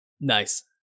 nice